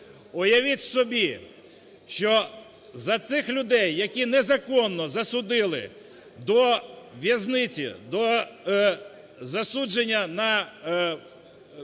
Уявіть собі, що за цих людей, які незаконно засудили до в'язниці, до засудження на довічне